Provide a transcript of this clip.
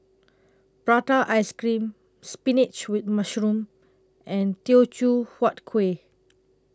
Prata Ice Cream Spinach with Mushroom and Teochew Huat Kueh